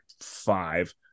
five